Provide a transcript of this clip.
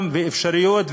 האפשרויות,